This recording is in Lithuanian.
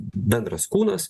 bendras kūnas